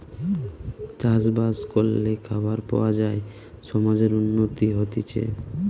চাষ বাস করলে খাবার পাওয়া যায় সমাজের উন্নতি হতিছে